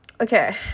okay